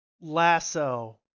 lasso